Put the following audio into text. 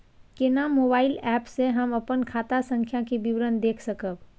केना mobile app से हम अपन खाता संख्या के विवरण देख सकब?